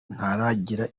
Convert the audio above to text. ntaragira